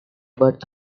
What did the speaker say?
birth